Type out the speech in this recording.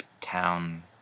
town